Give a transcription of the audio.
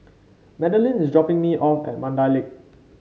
Madalyn is dropping me off at Mandai Lake